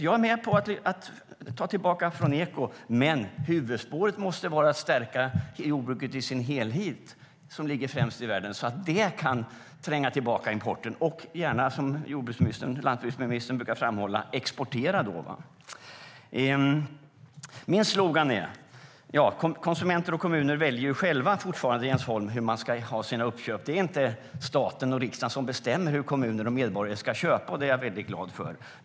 Jag är med på att vi satsar på eko, men huvudspåret måste vara att stärka jordbruket i dess helhet, det jordbruk som är världens främsta, så att det kan tränga tillbaka importen och att vi, som landsbygdsministern brukar framhålla, kan exportera jordbruksprodukter. Konsumenter och kommuner väljer fortfarande själva hur de ska göra sina uppköp, Jens Holm. Det är inte staten och riksdagen som bestämmer vad kommuner och medborgare ska köpa och hur, och det är jag väldigt glad för.